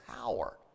power